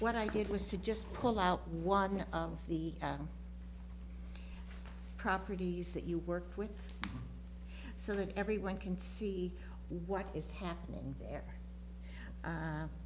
what i did was to just pull out one of the properties that you work with so that everyone can see what is happening there